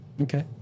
Okay